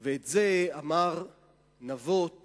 ואת זה אמר נבות